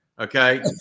Okay